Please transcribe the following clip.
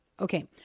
Okay